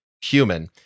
human